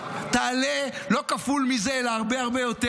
תעלה לא כפול מזה אלא הרבה הרבה יותר,